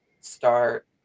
start